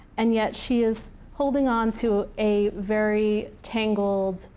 and yet, she is holding onto a very tangled,